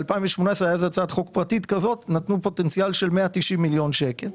ב-2018 היתה הצעת חוק פרטית כזאת ונתנו פוטנציאל של 190 מיליון שקלים,